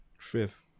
Fifth